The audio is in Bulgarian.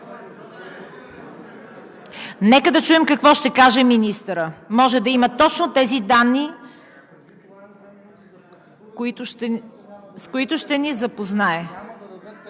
Нека да чуем какво ще каже министърът – може да има точно тези данни, с които ще ни запознае.